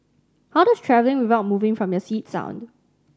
how does travelling without moving from your seat sound